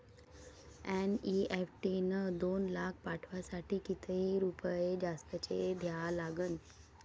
NEFT न दोन लाख पाठवासाठी किती रुपये जास्तचे द्या लागन?